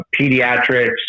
pediatrics